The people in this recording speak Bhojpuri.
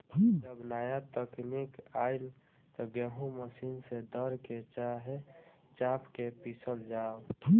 जब नाया तकनीक आईल त गेहूँ मशीन से दर के, चाहे चाप के पिसल जाव